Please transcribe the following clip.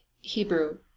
Hebrew